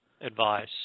advice